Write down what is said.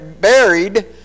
buried